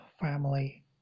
family